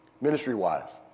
ministry-wise